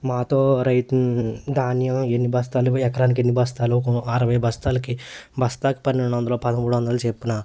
మాతో రైతుని ధాన్యం ఎన్ని బస్తాలు ఎకరాకి ఎన్ని బస్తాలు అరవై బస్తాలకి బస్తాకి పన్నెండొందలు పదమూడొందలు చొప్పున